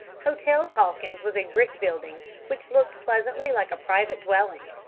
hotel calkins was a brick building which looked pleasantly like a private dwelling,